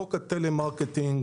חוק הטלמרקטינג